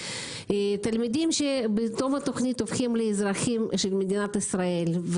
תלמידים שבתום התוכנית הופכים לאזרחים של מדינת ישראל,